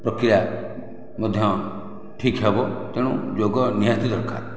ପ୍ରକ୍ରିୟା ମଧ୍ୟ ଠିକ୍ ହେବ ତେଣୁ ଯୋଗ ନିହାତି ଦରକାର